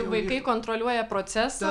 vaikai kontroliuoja procesą